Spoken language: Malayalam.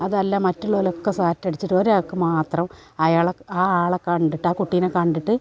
അതല്ല മറ്റുള്ളോരൊക്കെ സാറ്റടിച്ചിട്ട് ഒരാൾക്കു മാത്രം അയാൾ ആ ആളെ കണ്ടിട്ട് ആ കുട്ടീനെക്കണ്ടിട്ട്